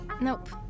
Nope